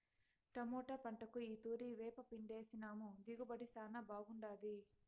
tomato పంటకు ఈ తూరి వేపపిండేసినాము దిగుబడి శానా బాగుండాది